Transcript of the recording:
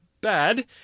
bad